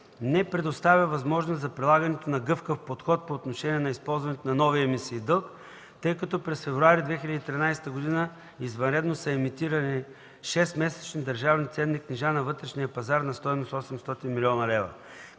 не предоставя възможност за прилагането на гъвкав подход по отношение на използването на нови емисии дълг, тъй като през февруари 2013 г. извънредно са емитирани 6-месечни държавни ценни книжа на вътрешния пазар на стойност